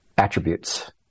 Attributes